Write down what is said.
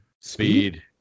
Speed